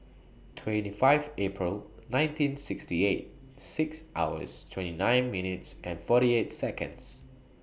twenty five April nineteen sixty eight six hours twenty nine minutes and forty eight Seconds